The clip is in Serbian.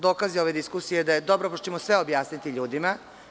Dokaz je ove diskusije da je dobro što ćemo sve objasniti ljudima.